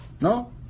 No